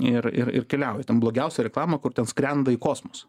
ir ir ir keliauji ten blogiausia reklama kur ten skrenda į kosmosą